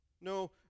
No